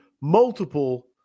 multiple